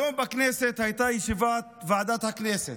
היום בכנסת הייתה ישיבת ועדת הכנסת.